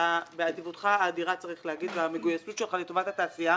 שאתה באדיבותך האדירה צריך לומר והמגויסות שלך לטובת התעשייה